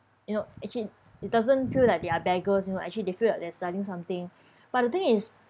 you know actually it doesn't feel like they are beggars you know actually they feel like they're selling something but the thing is